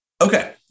okay